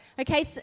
Okay